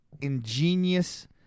ingenious